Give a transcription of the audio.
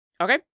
Okay